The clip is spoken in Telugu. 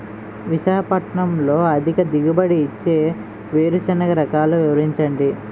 విశాఖపట్నంలో అధిక దిగుబడి ఇచ్చే వేరుసెనగ రకాలు వివరించండి?